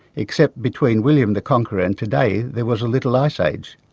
except between william the conqueror and today there was a little ice age.